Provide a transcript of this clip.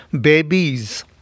Babies